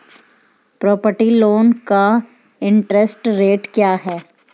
Property loan का interest rate क्या है?